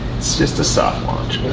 it's just a soft launch.